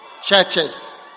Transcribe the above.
Churches